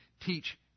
teach